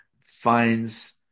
finds